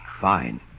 Fine